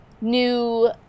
new